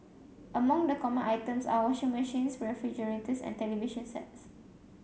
among the common items are washing machines refrigerators and television sets